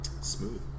smooth